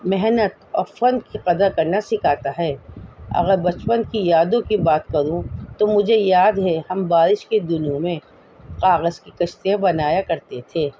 محنت اور فن کی قدر کرنا سکھاتا ہے اگر بچپن کی یادوں کی بات کروں تو مجھے یاد ہے ہم بارش کے دنوں میں کاغذ کی کشتیاں بنایا کرتے تھے